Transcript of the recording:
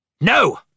No